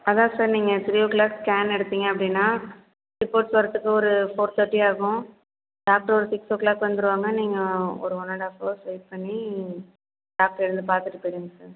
அதான் சார் நீங்கள் three o'clock scan எடுத்தீங்க அப்படின்னா ரிப்போர்ட்ஸ் வரத்துக்கு ஒரு ஃபோர் தேர்ட்டி ஆகும் டாக்டர் ஒரு சிக் க்ளாக் வந்துடுவாங்க நீங்கள் ஒரு one and half hours wait பண்ணி டாக்டரை இருந்து பார்த்துட்டு போயிடுங்க சார்